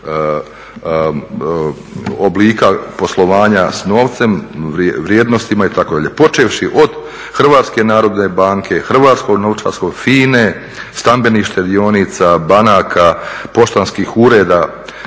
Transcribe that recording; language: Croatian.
oblika poslovanja s novcem, vrijednostima itd., počevši od HNB-a, Hrvatskog novčarskog, FINA-e, stambenih štedionica, banaka, poštanskih ureda,